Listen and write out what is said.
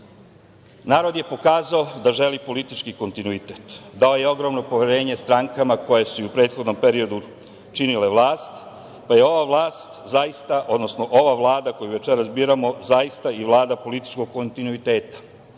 narod je pokazao da želi politički kontinuitet, dao je ogromno poverenje strankama koje su i u prethodnom periodu činile vlast, pa je ova vlast, odnosno ova Vlada koju večeras biramo zaista i Vlada političkog kontinuiteta,